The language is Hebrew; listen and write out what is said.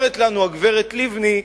אומרת לנו הגברת לבני: